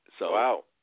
Wow